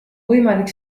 võimalik